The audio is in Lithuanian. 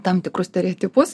tam tikrus stereotipus